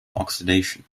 oxidation